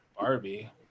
Barbie